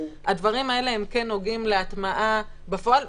הדברים האלה כן נוגעים להטמעה בפועל,